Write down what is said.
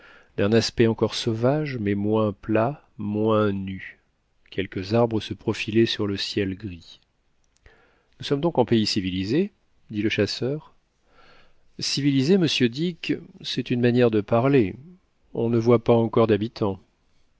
d'un aspect encore sauvage mais moins plat moins nu quelques arbres se profilaient sur le ciel gris nous sommes donc en pays civilisé dit le chasseur civilisé monsieur dick c'est une manière de parler on ne voit pas encore d'habitants